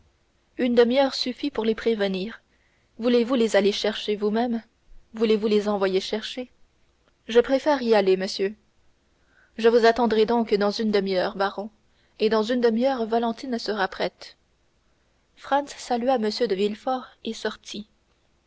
une demi-heure suffit pour les prévenir voulez-vous les aller chercher vous-même voulez-vous les envoyer chercher je préfère y aller monsieur je vous attendrai donc dans une demi-heure baron et dans une demi-heure valentine sera prête franz salua m de villefort et sortit